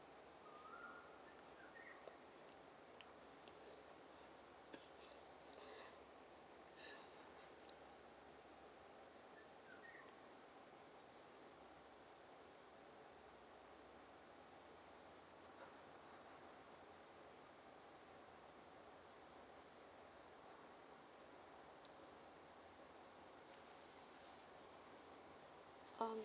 um